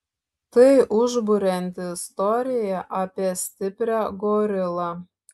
tai užburianti istorija apie stiprią gorilą